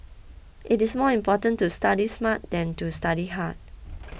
it is more important to study smart than to study hard